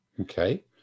Okay